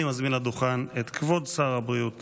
אני מזמין לדוכן את כבוד שר הבריאות